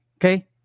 Okay